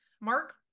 Mark